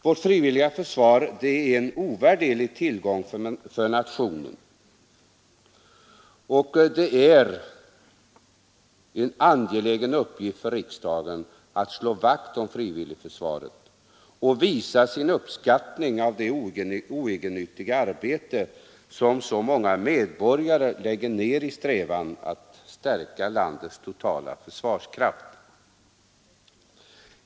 Vårt frivilliga försvar är en ovärderlig tillgång för nationen, och det är en angelägen uppgift för riksdagen att slå vakt om frivilligförsvaret och visa sin uppskattning av det oegennyttiga arbete som så många medborgare lägger ner i strävan att stärka landets totala försvarskraft.